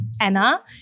Anna